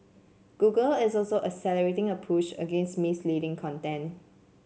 Google is also accelerating a push against misleading content